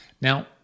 Now